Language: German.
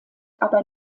aber